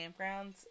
campgrounds